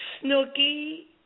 Snooky